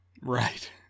Right